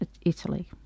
italy